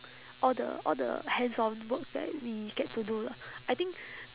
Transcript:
all the all the hands on work that we get to do lah I think